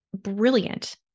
brilliant